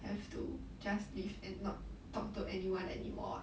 have to just leave and not talk to anyone anymore [what]